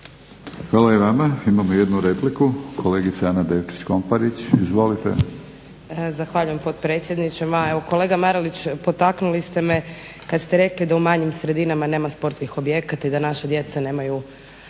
Hvala i vama. Imamo jednu repliku, kolegica Ana Devčić Komparić. Izvolite. **Komparić Devčić, Ana (SDP)** Zahvaljujem potpredsjedniče. Ma evo, kolega Marelić potaknuli ste me, kad ste rekli da u manjim sredinama nema sportskih objekata i da naša djeca nemaju